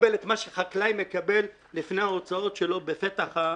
שחקלאי מקבל לפני ההוצאות שלו בפתח המשק.